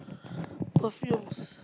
perfumes